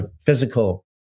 physical